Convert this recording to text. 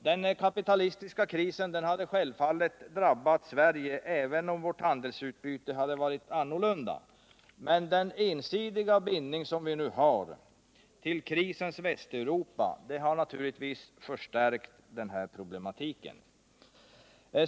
Den kapitalistiska krisen hade självfallet drabbat Sverige även om vårt handelsutbyte varit annorlunda, men den ensidiga bindning som vi har till krisens Västeuropa har naturligtvis förstärkt problematiken.